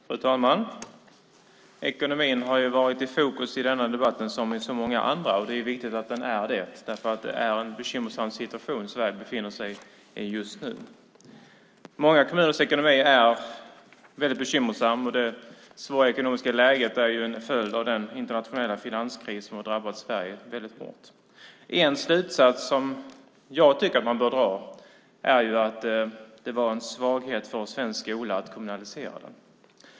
Fru talman! Ekonomin har varit i fokus i denna debatt som i så många andra, och det är viktigt att den är det. Det är en bekymmersam situation Sverige befinner sig i just nu. Många kommuners ekonomi är väldigt bekymmersam. Det svåra ekonomiska läget är en följd av den internationella finanskris som har drabbat Sverige väldigt hårt. En slutsats som jag tycker att man bör dra är att det ledde till en svaghet för svensk skola att kommunalisera den.